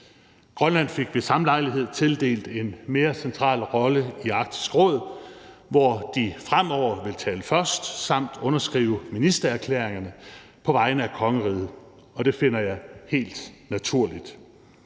Grønland fik ved samme lejlighed tildelt en mere central rolle i Arktisk Råd, hvor de fremover vil tale først samt underskrive ministererklæringerne på vegne af kongeriget. Det finder jeg er helt naturligt.